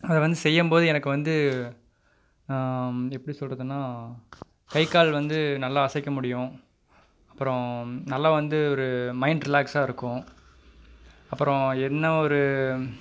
அதை வந்து செய்யும்போது எனக்கு வந்து எப்படி சொல்கிறதுன்னா கை கால் வந்து நல்லா அசைக்க முடியும் அப்புறம் நல்லா வந்து ஒரு மைண்ட் ரிலேக்ஸாக இருக்கும் அப்புறம் என்ன ஒரு